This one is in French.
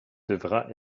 devra